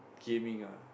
gaming ah